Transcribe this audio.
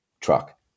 truck